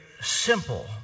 simple